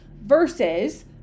versus